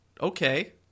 Okay